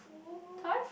food